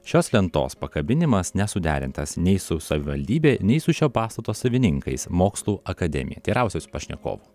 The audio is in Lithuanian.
šios lentos pakabinimas nesuderintas nei su savivaldybe nei su šio pastato savininkais mokslų akademija teirausiuosi pašnekovų